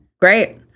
Great